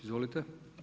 Izvolite.